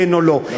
כן או לא.